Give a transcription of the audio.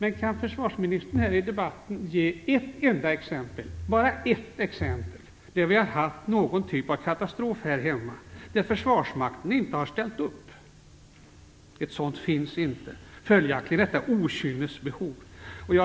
Men kan försvarsministern här i debatten ge ett enda exempel på någon typ av katastrof här hemma då Försvarsmakten inte har ställt upp? Ett sådant exempel finns inte. Följaktligen är detta ett okynnesbehov.